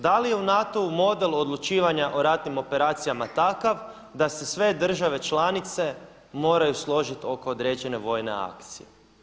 Da li je u NATO-u model odlučivanja o ratnim operacijama takav da se sve države članice moraju složiti oko određene vojne akcije?